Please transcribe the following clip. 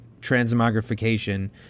transmogrification